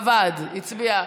עבד, הצביע,